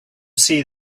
see